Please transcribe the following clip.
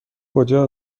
کجا